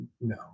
No